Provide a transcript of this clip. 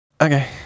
Okay